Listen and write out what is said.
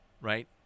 right